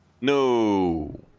No